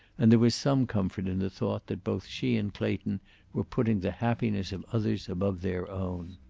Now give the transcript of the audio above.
and there was some comfort in the thought that both she and clayton were putting the happiness of others above their own.